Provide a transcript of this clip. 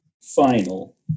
final